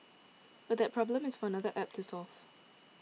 but that problem is for another App to solve